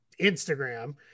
Instagram